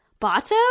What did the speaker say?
Bato